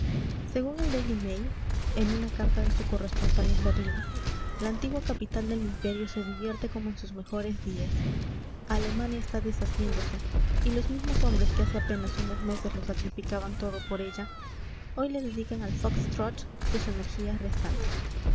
según el daily mail en una carta de su corresponsal en berlín la antigua capital del imperio se divierte como en sus mejores días alemania está deshaciéndose y los mismos hombres que hace apenas unos meses lo sacrificaban todo por ella hoy le dedican al fox trot sus energías restantes